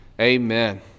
Amen